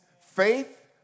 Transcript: faith